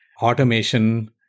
automation